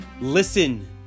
Listen